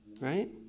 right